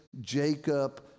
Jacob